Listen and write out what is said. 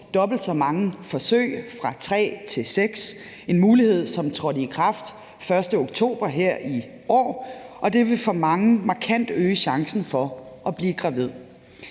dobbelt så mange forsøg, fra tre til seks. Det er en mulighed, som trådte i kraft den 1. oktober her i år, og det vil for mange markant øge chancen for at blive gravid.